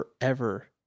forever